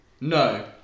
No